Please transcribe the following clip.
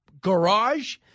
garage